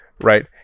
Right